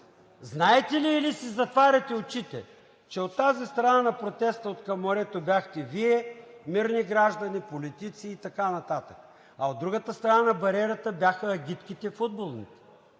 Знаете ли, или си затваряте очите, че от тази страна на протеста, откъм морето, бяхте Вие – мирни граждани, политици и така нататък, а от другата страна на бариерата бяха агитките – футболните.